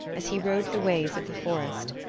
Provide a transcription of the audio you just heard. as he rode the ways of the forest,